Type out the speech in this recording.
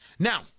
Now